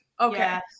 Okay